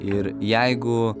ir jeigu